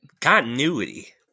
Continuity